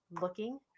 looking